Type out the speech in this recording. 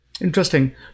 Interesting